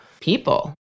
people